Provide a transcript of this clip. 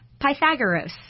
Pythagoras